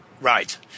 Right